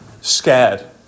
scared